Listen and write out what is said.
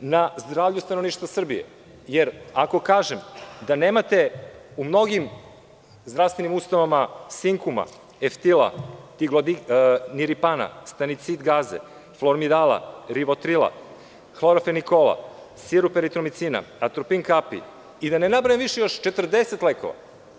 na zdravlju stanovništva Srbije, jer ako kažem da nemate u mnogim zdravstvenim ustanovama sinkuma, eftila, niripana, stanicid gaze, flormirala, rivotrila, hlorafenikola, sirup eritromicina, atropin kapi, da ne nabrajam više, još 40 lekova.